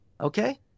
Okay